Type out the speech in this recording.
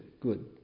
good